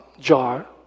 jar